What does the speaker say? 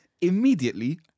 immediately